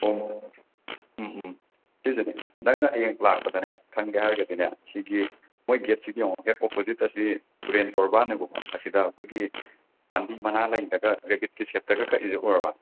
ꯎꯝ ꯎꯝ ꯁꯤꯁꯤꯅꯦ ꯅꯪꯅ ꯍꯌꯦꯡ ꯂꯥꯛꯄꯗꯅꯦ ꯈꯪꯒꯦ ꯍꯥꯏꯔꯒꯗꯤꯅꯦ ꯁꯤꯒꯤ ꯃꯣꯏ ꯒꯦꯠꯁꯤ ꯌꯦꯡꯉꯦ ꯍꯦꯛ ꯑꯣꯄꯣꯖꯤꯠꯇ ꯁꯤ ꯇꯨꯔꯦꯟ ꯇꯣꯔꯕꯥꯟꯅꯦꯕꯀꯣ ꯑꯁꯤꯗ ꯑꯩꯈꯣꯏꯒꯤ ꯄꯥꯟꯕꯤ ꯃꯅꯥꯂꯩꯗꯒ ꯔꯦꯕꯤꯠꯀꯤ ꯁꯦꯞꯇꯒ ꯀꯛꯏꯁꯦ ꯎꯔꯕ